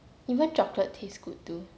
even chocolate taste good too